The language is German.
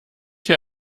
hier